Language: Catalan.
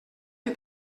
que